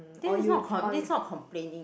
this is not co~ this is not complaining